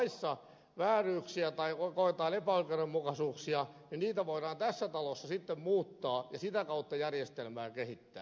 jos sitten laissa on vääryyksiä tai koetaan epäoikeudenmukaisuuksia niitä voidaan tässä talossa sitten muuttaa ja sitä kautta järjestelmää kehittää